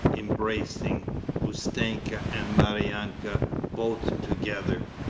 embracing ustenka and maryanka both together.